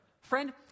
Friend